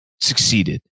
succeeded